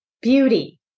beauty